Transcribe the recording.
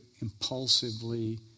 impulsively